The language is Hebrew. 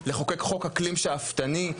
לחוקק חוק אקלים שאפתני,